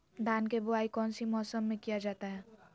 धान के बोआई कौन सी मौसम में किया जाता है?